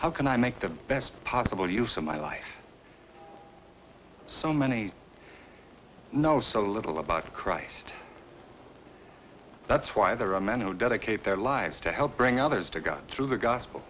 how can i make the best possible use of my life so many know so little about christ that's why there are men who dedicate their lives to help bring others to god through the gospel